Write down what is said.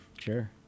Sure